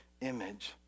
image